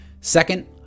Second